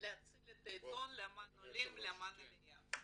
להציל את העיתון למען העולים והעליה.